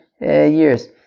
years